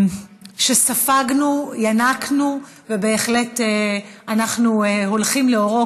שספגנו, ינקנו ובהחלט אנחנו הולכים לאורו.